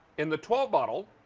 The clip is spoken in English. in the twelve bottle